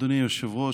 אדוני היושב-ראש,